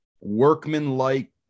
workman-like